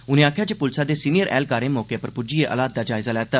उनें आखेआ जे प्लसा दे सीनियर ऐहलकारें मौके पर प्ज्जियै हालात दा जायजा लैता